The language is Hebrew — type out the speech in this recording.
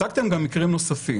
הצגתם גם מקרים נוספים,